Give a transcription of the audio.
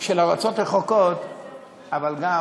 של ארצות רחוקות אבל גם